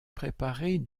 préparée